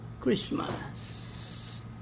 Christmas